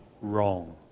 wrong